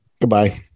Goodbye